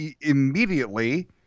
immediately